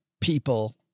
people